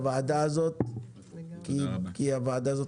בעצם יש פה הארכת תוקף של תקנות כשבגוף הדברים